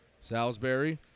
Salisbury